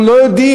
אנחנו לא יודעים,